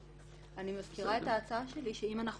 --- אני מזכירה את ההצעה שלי שאם אנחנו